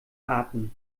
atem